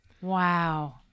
Wow